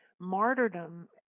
Martyrdom